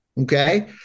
Okay